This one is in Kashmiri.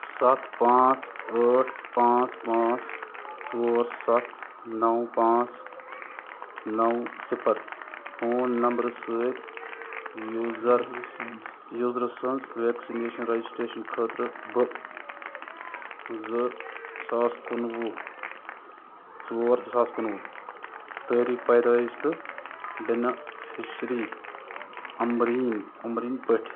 سَتھ پانٛژھ ٲٹھ پانٛژھ پانٛژھ ژور سَتھ نَو پانٛژھ نَو صِپَر فون نمبر سۭتۍ یوٗزَر یوٗزر سٕنٛز وٮ۪کسِنیشَن رَجِسٹرٛیشَن خٲطرٕ بہٕ زٕ ساس کُنہٕ وُہ ژور زٕ ساس کُنہٕ وُہ تٲریٖخ پیدٲیِش تہٕ بِنافِشری اَمبریٖن اُمبریٖن پٔٹھۍ